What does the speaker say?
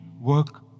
work